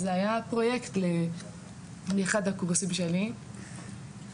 אז זה היה פרויקט באחד הקורסים שלי וזהו.